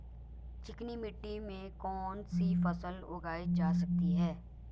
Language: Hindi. चिकनी मिट्टी में कौन सी फसल उगाई जा सकती है?